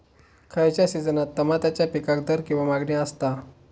खयच्या सिजनात तमात्याच्या पीकाक दर किंवा मागणी आसता?